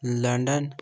London